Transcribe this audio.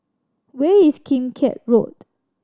where is Kim Keat Road